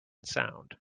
sound